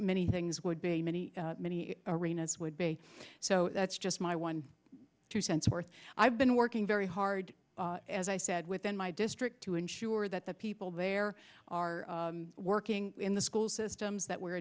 many things would be many many arenas would be so that's just my one two cents worth i've been working very hard as i said within my district to ensure that the people there are working in the school systems that we're